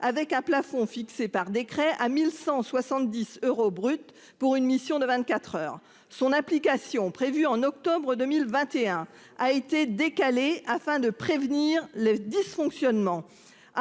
avec un plafond fixé par décret à 1170 euros brut pour une mission de 24h son application prévue en octobre 2021, a été décalé afin de prévenir les dysfonctionnements